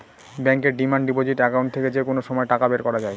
ব্যাঙ্কের demand deposit account থেকে যে কোনো সময় টাকা বের করা যায়